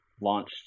launched